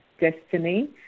destiny